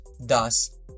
Thus